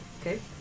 Okay